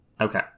okay